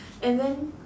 and then